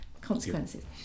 consequences